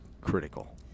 critical